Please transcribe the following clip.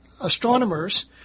Astronomers